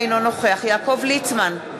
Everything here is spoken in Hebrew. אינו נוכח יעקב ליצמן,